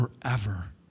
forever